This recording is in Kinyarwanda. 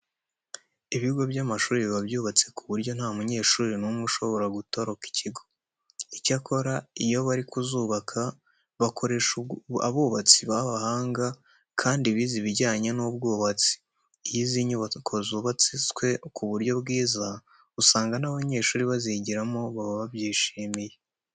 Ibigo by'amashuri biba byubatse ku buryo nta munyeshuri n'umwe ushobora gutoroka ikigo. Icyakora iyo bari kuzubaka bakoresha abubatsi b'abahanga kandi bize ibijyanye n'ubwubatsi. Iyo izi nyubako zubatswe ku buryo bwiza, usanga n'abanyeshuri bazigiramo baba babyishimiye.